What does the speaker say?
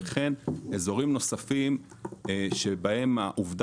וכן אזורים נוספים שבהם יהיה אפשר לקדם יותר ויותר את